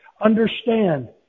understand